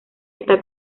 está